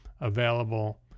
available